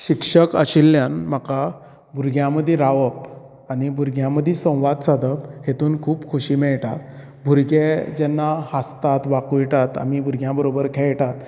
शिक्षक आशिल्यान म्हाका भुरग्यां मदीं रावप आनी भुरग्यां मदीं संवाद सादप हेतून खूब खोशी मेळटा भुरगें जेन्ना हांसतात वाकुळटात आनी भुरग्यां बरोबर खेळटात